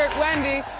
wendy.